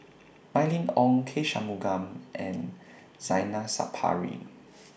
Mylene Ong K Shanmugam and Zainal Sapari